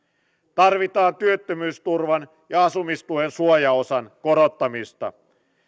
tarvitaan työttömyysturvan ja asumistuen suojaosan korottamista